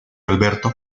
alberto